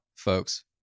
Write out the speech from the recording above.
folks